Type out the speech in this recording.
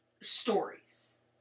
stories